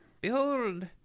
behold